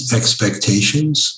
expectations